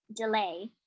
delay